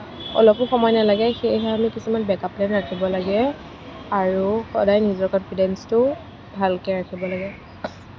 অলপো সময় নালাগে সেয়েহে আমি কিছুমান বেক আপ প্লেন ৰাখিব লাগে আৰু সদায় নিজৰ কনফিডেঞ্চটো ভালকৈ ৰাখিব লাগে